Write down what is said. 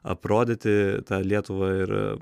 aprodyti tą lietuvą ir